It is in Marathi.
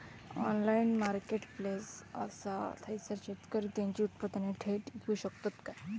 ऑनलाइन मार्केटप्लेस असा थयसर शेतकरी त्यांची उत्पादने थेट इकू शकतत काय?